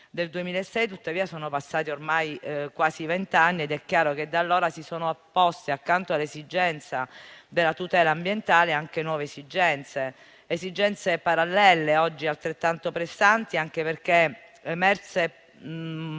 del 2006 sono tuttavia passati ormai quasi vent'anni ed è chiaro che da allora si sono poste, accanto all'esigenza della tutela ambientale, anche nuove esigenze parallele e oggi altrettanto pressanti, anche perché emerse